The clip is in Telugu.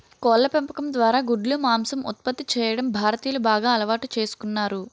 కోళ్ళ పెంపకం ద్వారా గుడ్లు, మాంసం ఉత్పత్తి చేయడం భారతీయులు బాగా అలవాటు చేసుకున్నారు